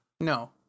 No